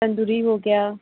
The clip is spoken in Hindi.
तंदूरी हो गया